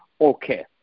okay